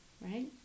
right